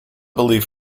believe